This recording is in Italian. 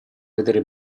vedere